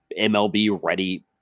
MLB-ready